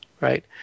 right